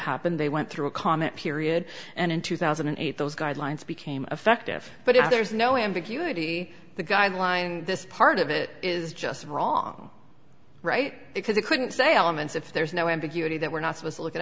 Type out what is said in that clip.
happened they went through a comment period and in two thousand and eight those guidelines became effective but if there's no ambiguity the guideline this part of it is just wrong right because it couldn't say elements if there's no ambiguity that we're not supposed to look at